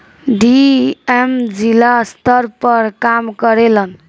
DM जिला स्तर पर काम करेलन